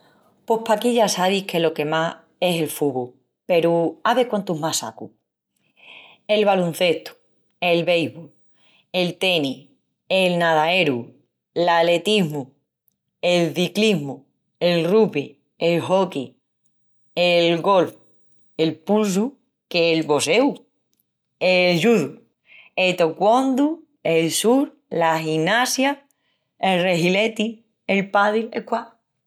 Pos paquí ya sabis que lo que más es el fubu peru ave quántus más sacu: el balon-cestu, el béisbol, el teni, el nadaeru, l'aletismu, el ciclismu, el rugby, el hockey, el golf, el pulsu, qu'es el bosseu, el judu, el taekwondu, el surf, la ginasia, el rehileti, el pádel, el squash,...